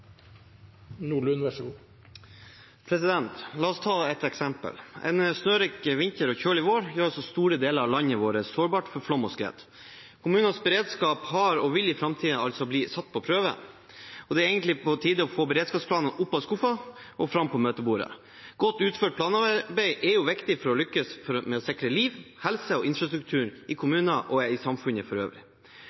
La oss ta et eksempel: En snørik vinter og kjølig vår gjør store deler av landet vårt sårbart for flom og skred. Kommunenes beredskap har og vil i framtiden altså bli satt på prøve, og det er egentlig på tide å få beredskapsplanene opp av skuffen og fram på møtebordet. Godt utført planarbeid er viktig for å lykkes med å sikre liv, helse og infrastruktur i kommuner og i samfunnet for øvrig.